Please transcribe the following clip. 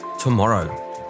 tomorrow